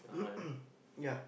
yeah